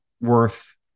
worth